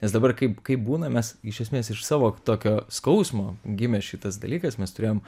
nes dabar kaip kaip būna mes iš esmės iš savo tokio skausmo gimė šitas dalykas mes turėjom